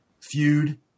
feud